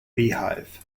beehive